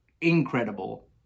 incredible